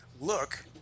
look